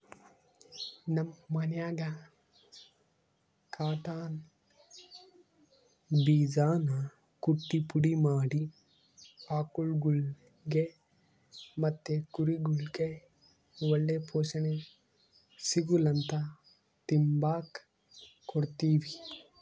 ನಮ್ ಮನ್ಯಾಗ ಕಾಟನ್ ಬೀಜಾನ ಕುಟ್ಟಿ ಪುಡಿ ಮಾಡಿ ಆಕುಳ್ಗುಳಿಗೆ ಮತ್ತೆ ಕುರಿಗುಳ್ಗೆ ಒಳ್ಳೆ ಪೋಷಣೆ ಸಿಗುಲಂತ ತಿಂಬಾಕ್ ಕೊಡ್ತೀವಿ